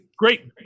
Great